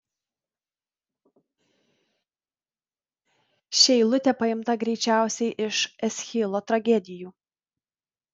ši eilutė paimta greičiausiai iš eschilo tragedijų